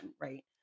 right